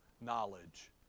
knowledge